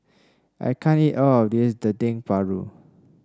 I can't eat all of this Dendeng Paru